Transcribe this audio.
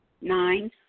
Nine